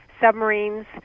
submarines